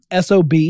SOB